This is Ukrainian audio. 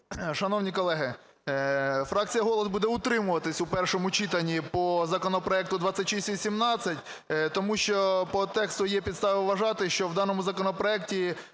Шановні колеги, фракція "Голос" буде утримуватись в першому читанні по законопроекту 2618, тому що по тексту є підстави вважати, що в даному законопроекті